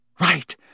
Right